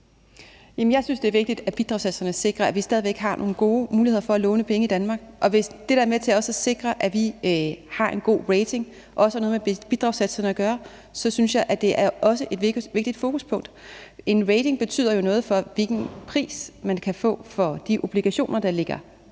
Jeg synes, det er vigtigt, at bidragssatserne sikrer, at vi stadig væk har nogle gode muligheder for at låne penge i Danmark, og hvis bidragssatserne også er med til at sikre, at vi har en god rating, så synes jeg også, at det er et vigtigt fokuspunkt. En rating betyder jo noget for, hvilken pris man kan få for de obligationer, der ligger